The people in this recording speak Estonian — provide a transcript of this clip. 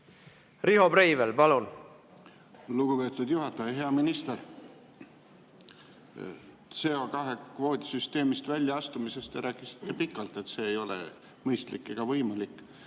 Riho Breivel, palun! Lugupeetud juhataja! Hea minister! CO2kvoodi süsteemist väljaastumisest te rääkisite pikalt, et see ei ole mõistlik ega võimalik.